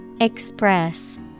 express